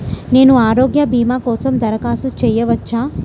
నేను ఆరోగ్య భీమా కోసం దరఖాస్తు చేయవచ్చా?